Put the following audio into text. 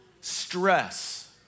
Stress